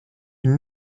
une